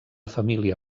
família